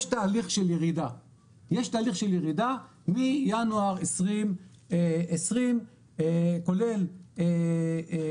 יש תהליך של ירידה מינואר 2020 כולל מתחילת